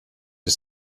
für